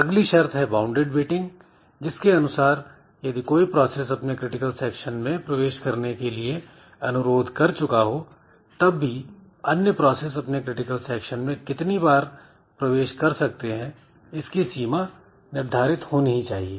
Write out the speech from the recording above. अगली शर्त है वाउंडेड वेटिंग जिसके अनुसार यदि कोई प्रोसेस अपने क्रिटिकल सेक्शन में प्रवेश के लिए अनुरोध कर चुका हो तब भी अन्य प्रोसेस अपने क्रिटिकल सेक्शन में कितनी बार प्रवेश कर सकते हैं इसकी सीमा निर्धारित होनी ही चाहिए